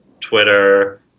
Twitter